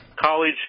college